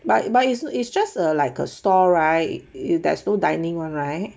but but it's just a like a store right it there's no dining [one] right